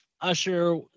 Usher